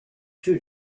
two